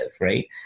right